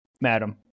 Madam